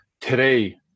today